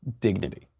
dignity